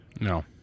No